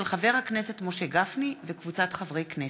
של חבר הכנסת משה גפני וקבוצת חברי הכנסת.